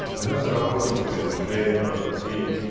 and now they are working, they're getting trained by the team,